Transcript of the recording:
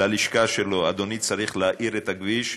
ללשכה שלו: אדוני, צריך להאיר את הכביש,